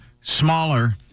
smaller